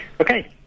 okay